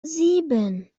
sieben